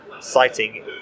citing